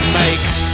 makes